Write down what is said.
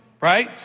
right